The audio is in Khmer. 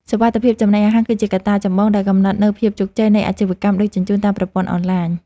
សុវត្ថិភាពចំណីអាហារ គឺជាកត្តាចម្បងដែលកំណត់នូវភាពជោគជ័យនៃអាជីវកម្មដឹកជញ្ជូនតាមប្រព័ន្ធអនឡាញ។